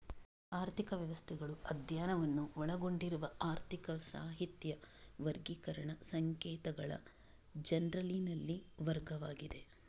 ಆರ್ಥಿಕ ವ್ಯವಸ್ಥೆಗಳು ಅಧ್ಯಯನವನ್ನು ಒಳಗೊಂಡಿರುವ ಆರ್ಥಿಕ ಸಾಹಿತ್ಯ ವರ್ಗೀಕರಣ ಸಂಕೇತಗಳ ಜರ್ನಲಿನಲ್ಲಿನ ವರ್ಗವಾಗಿದೆ